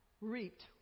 reaped